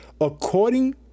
according